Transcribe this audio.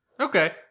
okay